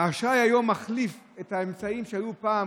האשראי היום מחליף את האמצעים שהיו פעם,